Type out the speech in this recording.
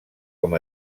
com